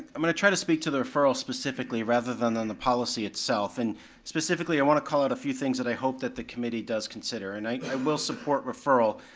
i'm gonna try to speak to the referral specifically rather than on the policy itself, and specifically i want to call out a few things that i hope that the committee does consider, and i will support referral,